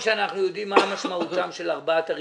כשאנחנו יודעים מה המשמעות של ארבעת הרבעונים,